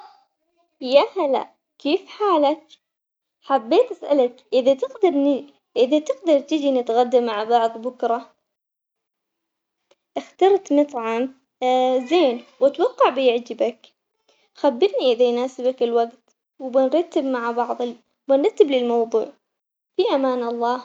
يا هلا كيف حالك؟ حبيت أسألك إذا تقدر ن- إذا تقدر تجي نتغدا مع بعض بكرة، اخترت من مطعم زين وأتوقع بيعجبك، خبرني إذا يناسبك الوقت وبنرتب مع بعض وبنرتب للموضوع ، في أمان الله.